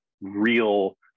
real